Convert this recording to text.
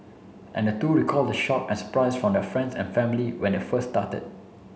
and the two recalled the shock at surprise from their friends and family when they first started